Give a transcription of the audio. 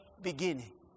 beginning